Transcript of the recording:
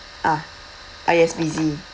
ah ah yes busy